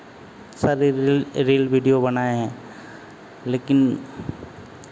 सारे reel reel video बनाए हैं लेकिन